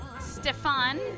Stefan